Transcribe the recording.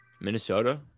Minnesota